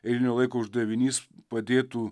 eilinio laiko uždavinys padėtų